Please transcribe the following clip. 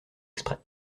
exprès